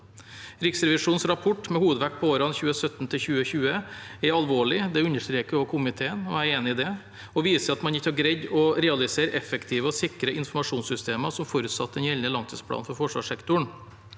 Riksrevisjonens rapport med hovedvekt på årene 2017–2020 er alvorlig – det understreker også komiteen, og jeg er enig i det – og viser at man ikke har greid å realisere effektive og sikre informasjonssystemer som forutsatt i den gjeldende langtidsplanen for forsvarssektoren,